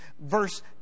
verse